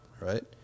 right